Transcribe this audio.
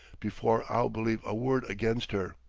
before i'll believe a word against her.